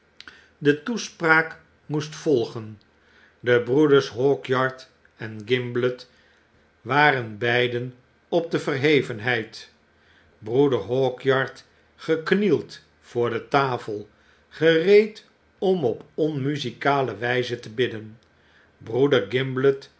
de toespraak moest volgen de broeders hawkyard en gimblet waren beiden op de verhevenheid broeder hawkyard geknield voor de tafel gereed om op onmuzikale wyze te bidden broeder gimblet